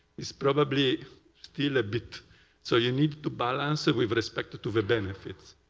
is probably still a bit so you need to balance it with respect to to the benefits,